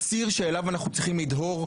הציר שאליו אנחנו צריכים לדהור,